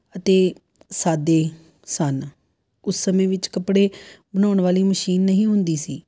ਅਤੇ ਸਾਦੇ ਸਨ ਉਸ ਸਮੇਂ ਵਿੱਚ ਕੱਪੜੇ ਬਣਾਉਣ ਵਾਲੀ ਮਸ਼ੀਨ ਨਹੀਂ ਹੁੰਦੀ ਸੀ